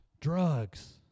drugs